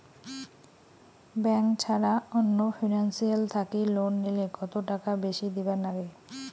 Bank ছাড়া অন্য financial থাকি লোন নিলে কতটাকা বেশি দিবার নাগে?